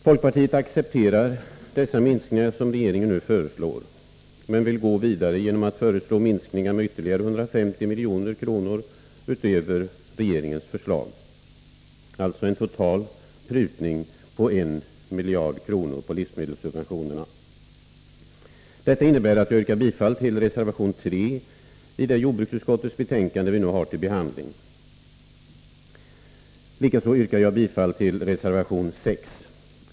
Folkpartiet accepterar dessa minskningar som regeringen nu föreslår, men vill gå vidare genom att föreslå minskningar med ytterligare 150 milj.kr. utöver regeringens förslag — alltså en total prutning på en miljard kronor på livsmedelssubventionerna. Detta innebär att jag yrkar bifall till reservation 3 i det jordbruksutskottets betänkande vi nu har till behandling. Likaså yrkar jag bifall till reservation 6.